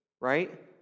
right